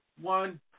one